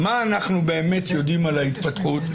מה אנחנו באמת יודעים על ההתפתחות?